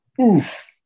Oof